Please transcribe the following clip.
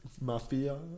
Mafia